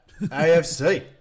AFC